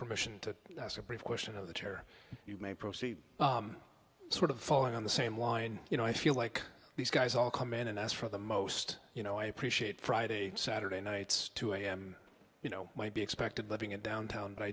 permission to ask a brief question of the chair you may proceed sort of following on the same line you know i feel like these guys all come in and ask for the most you know i appreciate friday saturday nights two am you know might be expected living in downtown but i